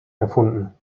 erfunden